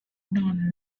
non